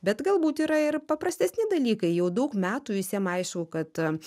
bet galbūt yra ir paprastesni dalykai jau daug metų visiem aišku kad